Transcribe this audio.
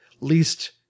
least